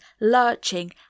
lurching